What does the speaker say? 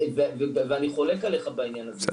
ואני חולק עליך בעניין הזה.